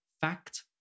Fact